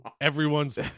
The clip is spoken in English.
everyone's